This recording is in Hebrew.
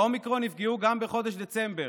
באומיקרון נפגעו גם בחודש דצמבר.